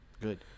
Good